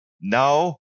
Now